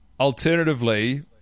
Alternatively